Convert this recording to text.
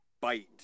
bite